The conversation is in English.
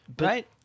Right